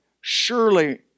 surely